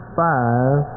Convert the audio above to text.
five